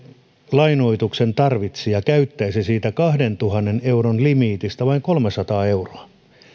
lainoituksen tarvitsija käyttäisi siitä kahdentuhannen euron limiitistä vain kolmesataa euroa